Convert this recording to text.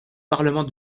parlement